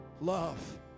love